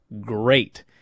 great